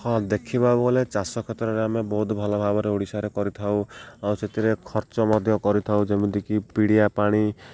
ହଁ ଦେଖିବାକୁ ଗଲେ ଚାଷ କ୍ଷେତ୍ରରେ ଆମେ ବହୁତ ଭଲ ଭାବରେ ଓଡ଼ିଶା ଠାରେ କରିଥାଉ ଆଉ ସେଥିରେ ଖର୍ଚ୍ଚ ମଧ୍ୟ କରିଥାଉ ଯେମିତିକି ପିଡ଼ିଆ ପାଣି